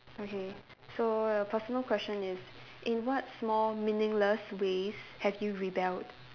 okay so the personal question is in what small meaningless ways have you rebelled